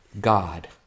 God